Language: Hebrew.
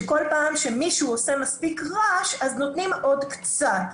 שכל פעם שמישהו עושה מספיק רעש אז נותנים עוד קצת,